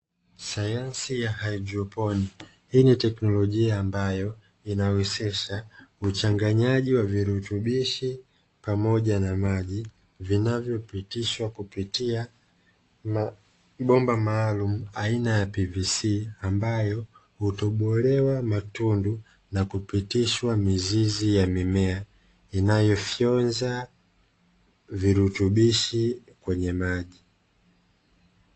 Sayansi ya "hydroponiki" hii ni teknolojia ambayo inahusisha kuchanganyaji wa virutubishi pamoja na maji, vinavyopitishwa kupitia bomba maalumu aina ya pvc, ambayo hutobolewa matundu na kupitishwa mizizi ya mimea, inayofyonza virutubishi kwenye maji.